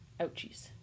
Ouchies